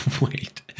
Wait